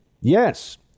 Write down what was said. Yes